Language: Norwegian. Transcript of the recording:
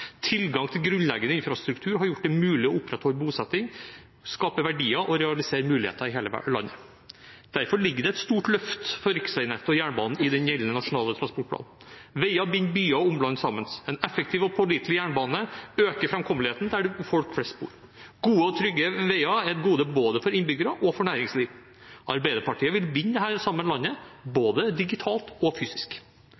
Tilgang til grunnleggende infrastruktur har gjort det mulig å opprettholde bosetting, skape verdier og realisere muligheter i hele landet. Derfor ligger det et stort løft for riksveinettet og jernbanen i den gjeldende nasjonale transportplanen. Veier binder byer og omland sammen. En effektiv og pålitelig jernbane øker framkommeligheten der hvor folk flest bor. Gode og trygge veier er et gode både for innbyggere og for næringsliv. Arbeiderpartiet vil binde sammen dette landet,